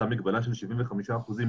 אותה מגבלה של 75 אחוזים,